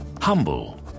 humble